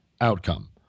outcome